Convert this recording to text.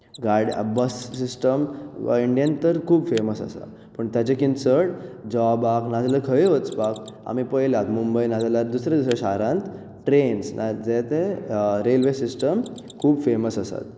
गाडी आ bus system इंडियेंत तर खूब फेमस आसा पूण ताचे परस चड जॉबाक वा खंय वचपाक आमी पयलां मुंबय ना जाल्यार दुसरे दुसरे शारांत ट्रेन्स जे ते रेल्वे सिस्टम खूब फेमस आसात